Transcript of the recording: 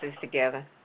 together